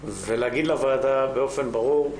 לשמוע מה עלה בגורל שני מיליון השקלים הנוספים.